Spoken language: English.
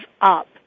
up